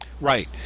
Right